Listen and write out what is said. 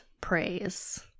praise